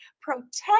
protect